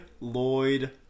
Lloyd